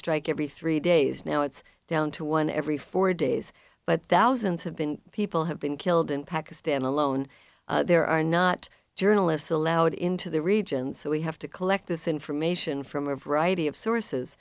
strike every three days now it's down to one every four days but thousands have been people have been killed in pakistan alone there are not journalists allowed into the region so we have to collect this information from a variety of sources